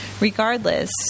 Regardless